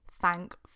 thank